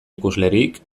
ikuslerik